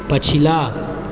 पछिला